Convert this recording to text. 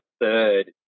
third